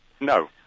No